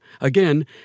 Again